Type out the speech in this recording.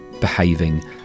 behaving